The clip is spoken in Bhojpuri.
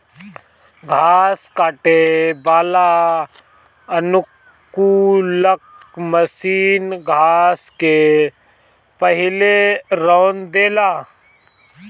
घास काटे वाला अनुकूलक मशीन घास के पहिले रौंद देला